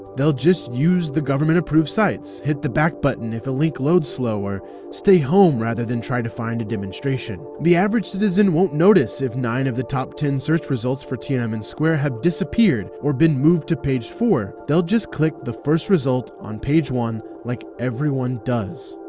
they'll just use the government-approved sites, hit the back button if a link loads slow, or stay home rather than try to find a demonstration. the average citizen won't notice if nine of the top ten search results for tiananmen square have disappeared or been moved to page four they'll just click the first result on page one like everyone does.